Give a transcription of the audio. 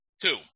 Two